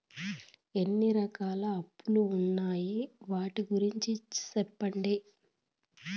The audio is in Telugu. ఎన్ని రకాల అప్పులు ఉన్నాయి? వాటి గురించి సెప్పండి?